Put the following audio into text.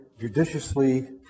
judiciously